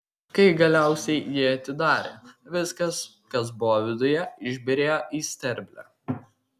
kai galiausiai jį atidarė viskas kas buvo viduje išbyrėjo į sterblę